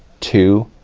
two,